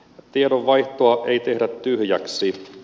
tiedonvaihtoa ei tehdä tyhjäksi